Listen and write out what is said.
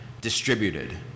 distributed